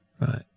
Right